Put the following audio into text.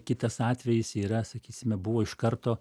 kitas atvejis yra sakysime buvo iš karto